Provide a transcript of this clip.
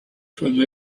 from